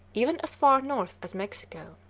even as far north as mexico